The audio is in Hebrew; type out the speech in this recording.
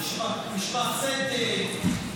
משפט צדק,